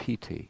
PT